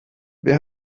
wer